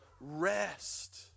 rest